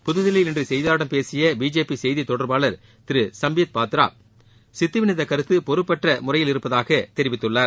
புத்தில்லியில் இன்று செய்தியாளர்களிடம் பேசிய பிஜேபி செய்தி தொடர்பாளர் திரு சும்பீத் பாத்ரா சித்துவின் இந்த கருத்து பொறுப்பற்ற முறையில் இருப்பதாக தெரிவித்துள்ளார்